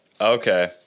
Okay